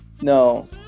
No